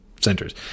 centers